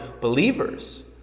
believers